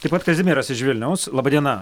taip pat kazimieras iš vilniaus laba diena